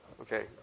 Okay